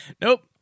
Nope